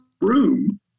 room